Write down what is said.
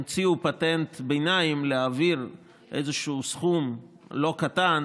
המציאו פטנט ביניים להעביר איזשהו סכום לא קטן